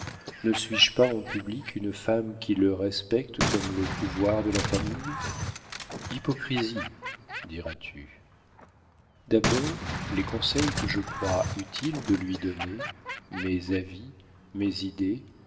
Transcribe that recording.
ne suis-je pas en public une femme qui le respecte comme le pouvoir de la famille hypocrisie diras-tu d'abord les conseils que je crois utile de lui donner mes avis mes idées